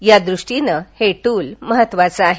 यादृष्टीने हे टूल महत्त्वाचे आहे